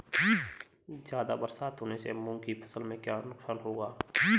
ज़्यादा बरसात होने से मूंग की फसल में क्या नुकसान होगा?